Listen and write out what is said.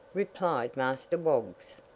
replied master woggs.